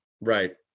Right